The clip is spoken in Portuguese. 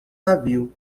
navio